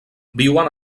viuen